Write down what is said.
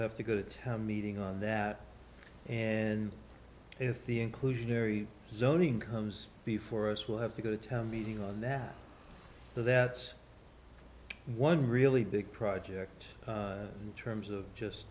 have to go to meeting on that and if the inclusionary zoning comes before us we'll have to go to town meeting on that so that's one really big project in terms of just